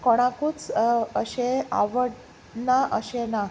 कोणाकूच अशें आवडना अशें ना